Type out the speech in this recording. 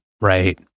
Right